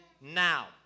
now